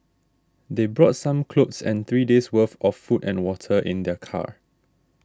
they brought some clothes and three days' worth of food and water in their car